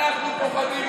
אנחנו פוחדים,